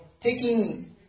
taking